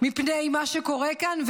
מפני מה שקורה כאן.